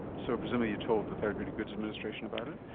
so presumably you told the therapeutic goods administration about it?